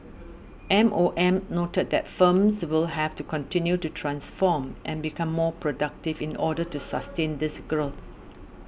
M O M noted that firms will have to continue to transform and become more productive in order to sustain this growth